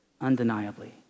undeniably